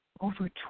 over